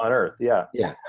ah earth, yeah. yeah,